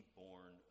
born